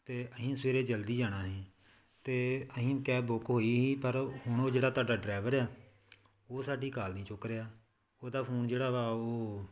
ਅਤੇ ਅਸੀਂ ਸਵੇਰੇ ਜਲਦੀ ਜਾਣਾ ਹੈ ਅਤੇ ਅਸੀਂ ਕੈਬ ਬੁੱਕ ਹੋਈ ਸੀ ਪਰ ਹੁਣ ਉਹ ਜਿਹੜਾ ਤੁਹਾਡਾ ਡਰਾਈਵਰ ਆ ਉਹ ਸਾਡੀ ਕਾਲ ਨਹੀਂ ਚੁੱਕ ਰਿਹਾ ਉਹਦਾ ਫੋਨ ਜਿਹੜਾ ਵਾ ਉਹ